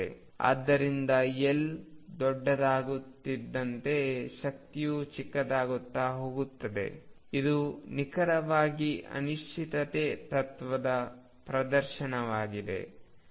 ಆದ್ದರಿಂದ L ದೊಡ್ಡದಾಗುತ್ತಿದ್ದಂತೆ ಶಕ್ತಿಯು ಚಿಕ್ಕದಾಗುತ್ತಾ ಹೋಗುತ್ತದೆ ಇದು ನಿಖರವಾಗಿ ಅನಿಶ್ಚಿತತೆ ತತ್ವದ ಪ್ರದರ್ಶನವಾಗಿದೆ